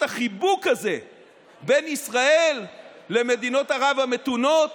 החיבוק הזה בין ישראל למדינות ערב המתונות